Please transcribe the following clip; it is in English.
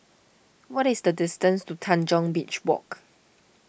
what is the distance to Tanjong Beach Walk